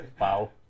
Wow